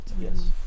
Yes